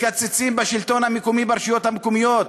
מקצצים בשלטון המקומי, ברשויות המקומיות.